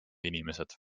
inimesed